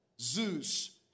Zeus